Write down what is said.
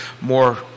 more